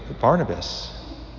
Barnabas